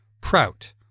Prout